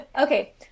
Okay